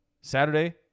Saturday